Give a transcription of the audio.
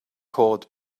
cod